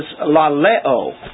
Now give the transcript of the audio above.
laleo